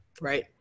right